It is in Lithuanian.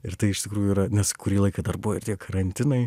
ir tai iš tikrųjų yra nes kurį laiką dar buvo ir tie karantinai